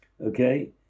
Okay